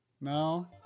No